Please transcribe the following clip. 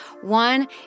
one